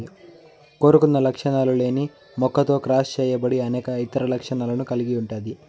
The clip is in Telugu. కోరుకున్న లక్షణాలు లేని మొక్కతో క్రాస్ చేయబడి అనేక ఇతర లక్షణాలను కలిగి ఉంటాది